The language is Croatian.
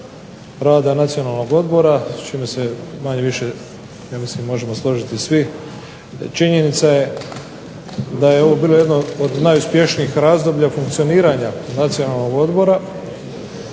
rada Nacionalnog odbora s čime se manje-više ja mislim možemo složiti svi. Činjenica je da je ovo bilo jedno od najuspješnijih razdoblja funkcioniranja Nacionalnog odbora.